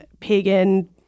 pagan